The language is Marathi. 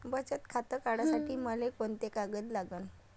बचत खातं काढासाठी मले कोंते कागद लागन?